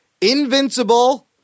Invincible